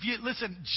Listen